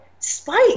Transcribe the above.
Spike